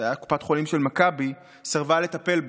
זה היה בקופת חולים של מכבי, סירבה לטפל בו.